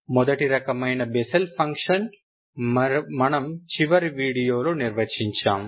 మొదటి రకమైన Bessel function మనము చివరి వీడియోలో నిర్వచించాము